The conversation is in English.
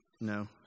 No